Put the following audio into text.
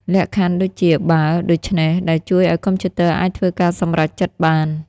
លក្ខខណ្ឌ ដូចជា "បើ...ដូច្នេះ..." ដែលជួយឱ្យកុំព្យូទ័រអាចធ្វើការសម្រេចចិត្តបាន។